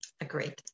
Agreed